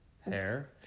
hair